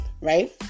right